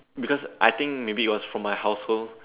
because I think maybe it was from my household